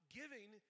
giving